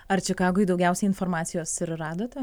ar čikagoj daugiausiai informacijos ir radote